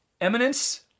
eminence